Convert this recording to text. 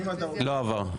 לא עבר.